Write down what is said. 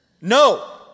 No